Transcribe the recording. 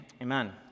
amen